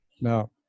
Now